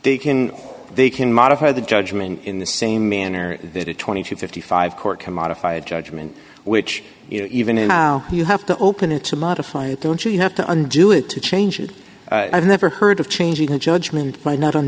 they can they can modify the judgment in the same manner that a twenty to fifty five court can modify a judgment which you know even in how you have to open it to modify it don't you have to undo it to change it i've never heard of changing the judgment but not on